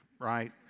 right